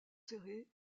serré